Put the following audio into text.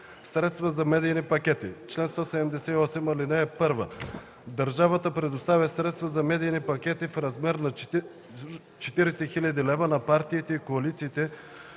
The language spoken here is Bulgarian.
„Средства за медийни пакети Чл. 178. (1) Държавата предоставя средства за медийни пакети в размер на 40 000 лв. на партиите и коалициите,